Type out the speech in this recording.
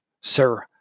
Sir